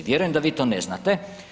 Vjerujem da vi to ne znate.